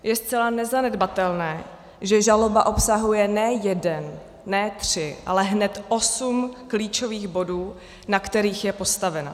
Je zcela nezanedbatelné, že žaloba obsahuje ne jeden, ne tři, ale hned osm klíčových bodů, na kterých je postavena.